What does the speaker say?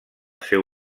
seu